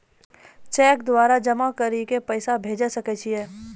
Cheque द्वारा जमा करि के पैसा भेजै सकय छियै?